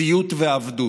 ציות ועבדות,